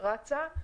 רצה,